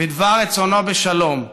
בדבר רצונו בשלום.